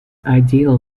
ideal